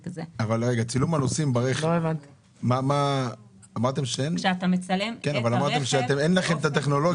זה." צילום הנוסעים ברכב אמרתם שאין לכם את הטכנולוגיה.